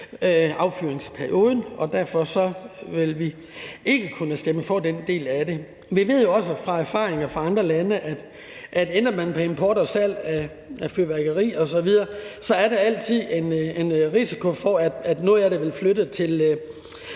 affyringsperioden, og derfor vil vi ikke kunne stemme for den del af det. Vi ved jo også fra erfaringer fra andre lande, at ender man med et forbud mod import og salg af fyrværkeri osv., er der altid en risiko for, at noget af det vil flytte til